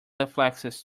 reflexes